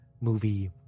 movie